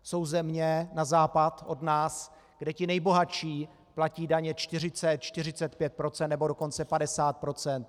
Jsou země na západ od nás, kde ti nejbohatší platí daně 40, 45 %, nebo dokonce 50 %.